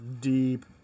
deep